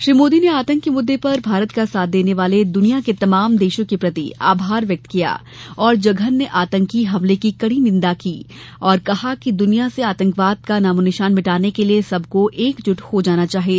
श्री मोदी ने आतंक के मुद्दे पर भारत का साथ देने वाले दुनिया के तमाम देशों के प्रति आभार व्यक्त किया और जघन्य आतंकी हमले की कड़ी निंदा करते हुए कहा कि दुनिया से आतंकवाद का नामोनिशान मिटाने के लिए सबको एकजुट हो जाना चाहिए